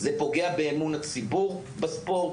זה פוגע באמון הציבור בספורט,